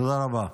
תודה רבה.